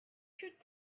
should